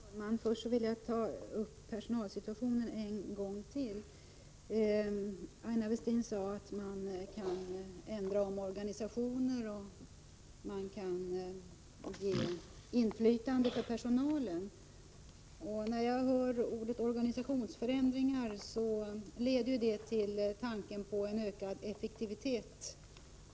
Herr talman! Först vill jag ta upp personalsituationen en gång till. Aina Westin sade att man kan göra omorganisationer och ge personalen mera inflytande. Ordet organisationsförändring leder tanken till ökad effektivitet.